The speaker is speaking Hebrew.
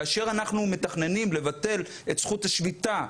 כאשר אנחנו מתכננים לבטל את זכות השביתה,